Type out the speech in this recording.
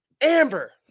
amber